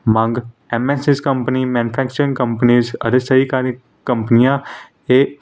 ਮੰਗ M N Cs company manufacturing companies ਅਤੇ ਸਹਿਕਾਰੀ ਕੰਪਨੀਆਂ ਇਹ